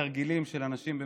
תרגילים של אנשים שהשתמשו